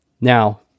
Now